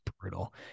brutal